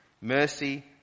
mercy